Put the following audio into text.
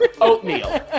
oatmeal